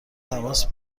تماس